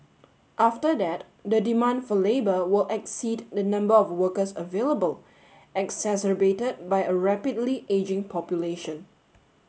after that the demand for labour will exceed the number of workers available exacerbated by a rapidly ageing population